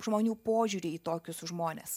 žmonių požiūrį į tokius žmones